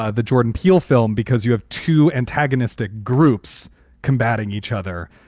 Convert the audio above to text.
ah the jordan peele film, because you have two antagonistic groups combating each other.